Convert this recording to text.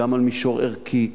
גם על מישור ערכי,